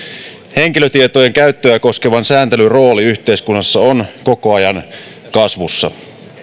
henkilötietojen käyttöä koskevan sääntelyn rooli yhteiskunnassa on koko ajan kasvussa